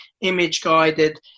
image-guided